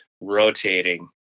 rotating